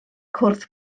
cwrdd